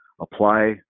apply